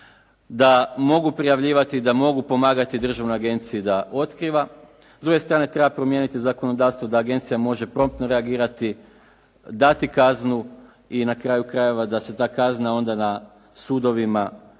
da mogu prijavljivati, da mogu pomagati državnoj agenciji da otkriva. S druge strane treba promijeniti zakonodavstvo da agencija može promptno reagirati, dati kaznu i na kraju krajeva da se ta kazna onda na sudovima ne